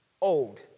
old